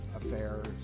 affairs